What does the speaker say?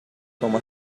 como